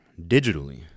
digitally